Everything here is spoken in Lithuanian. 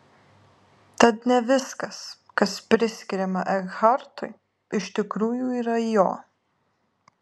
tad ne viskas kas priskiriama ekhartui iš tikrųjų yra jo